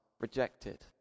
rejected